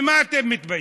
ממה אתם מתביישים?